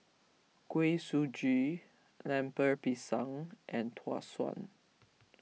Kuih Suji Lemper Pisang and Tau Suan